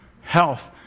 Health